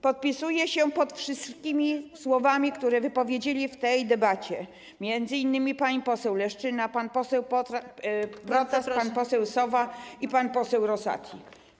Podpisuję się pod wszystkimi słowami, które wypowiedzieli w tej debacie m.in. pani poseł Leszczyna, pan poseł Protas, pan poseł Sowa i pan poseł Rosati.